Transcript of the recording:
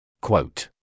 Quote